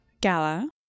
Gala